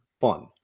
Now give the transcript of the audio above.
Fun